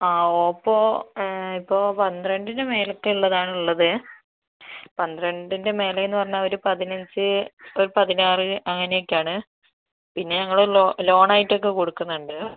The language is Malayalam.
ആ ഓപ്പോ ഇപ്പോൾ പന്ത്രണ്ടിൻ്റെ മേലേക്ക് ഉള്ളത് ആണ് ഉള്ളത് പന്ത്രണ്ടിൻ്റെ മേലെ എന്ന് പറഞ്ഞാൽ ഒരു പതിനഞ്ച് ഒരു പതിനാറ് അങ്ങനെ ഒക്കെ ആണ് പിന്നെ ഞങ്ങൾ ലോൺ ആയിട്ട് ഒക്കെ കൊടുക്കുന്നുണ്ട്